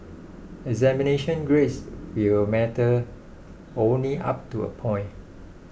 examination grades will matter only up to a point